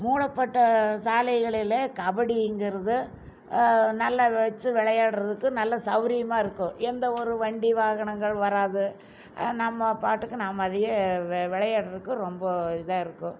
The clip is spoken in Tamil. மூடப்பட்ட சாலைகளில் கபடிங்கிறது நல்ல வச்சு விளையாட்றதுக்கு நல்ல சௌரியமாக இருக்கும் எந்த ஒரு வண்டி வாகனங்கள் வராது நம்ம பாட்டுக்கு நம்ம அதையே விளையாட்றக்கு ரொம்ப இதாக இருக்கும்